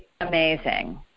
amazing